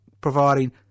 providing